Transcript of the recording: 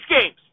games